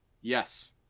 Yes